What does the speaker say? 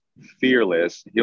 fearless